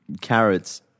Carrots